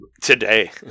today